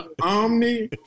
Omni